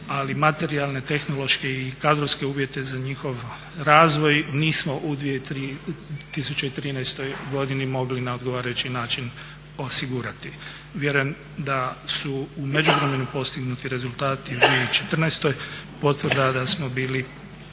ali materijalne, tehnološke i kadrovske uvjete za njihov razvoj nismo u 2013. godini mogli na odgovarajući način osigurati. Vjerujem da su u međuvremenu postignuti rezultati u 2014. Potvrda da smo bili